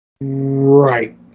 Right